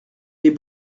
les